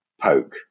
poke